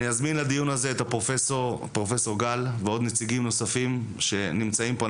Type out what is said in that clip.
אני אזמין לדיון הזה את הפרופ' גל ונציגים נוספים שנמצאים פה,